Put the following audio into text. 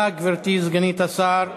תודה, גברתי סגנית השר.